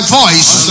voice